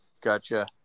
Gotcha